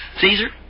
Caesar